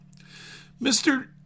Mr